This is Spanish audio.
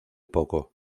poco